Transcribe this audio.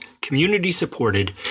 community-supported